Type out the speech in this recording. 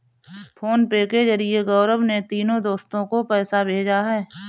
PhonePe के जरिए गौरव ने तीनों दोस्तो को पैसा भेजा है